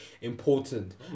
important